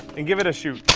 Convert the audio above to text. and give it a shoot,